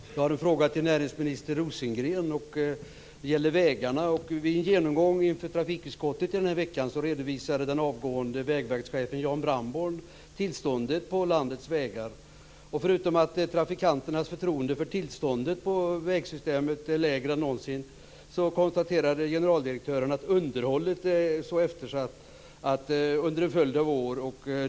Fru talman! Jag har en fråga till näringsminister Rosengren. Det gäller vägarna. Vid en genomgång i veckan inför trafikutskottet redovisade den avgående vägverkschefen Jan Brandborn tillståndet på landets vägar. Förutom att trafikanternas förtroende för vägsystemets tillstånd är mindre än någonsin konstaterade generaldirektören att underhållet varit mycket eftersatt under en följd av år.